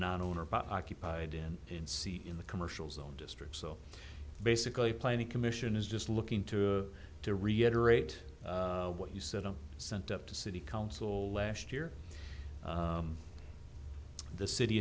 non owner occupied in in the commercial zone district so basically planning commission is just looking to to reiterate what you said i sent up to city council last year the city